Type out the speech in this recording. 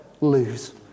lose